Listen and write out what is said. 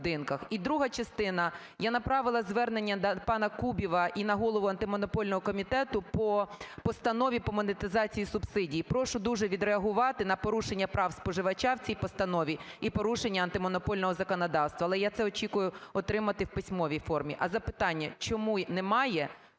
І друга частина. Я направила звернення на пана Кубіва і на голову Антимонопольного комітету по Постанові по монетизації субсидій. Прошу дуже відреагувати на порушення прав споживача в цій постанові і порушення антимонопольного законодавства. Але я це очікую отримати в письмовій формі. А запитання: чому немає